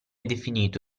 definito